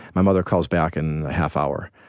my mother calls back in half hour.